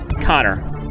Connor